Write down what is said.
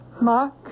Mark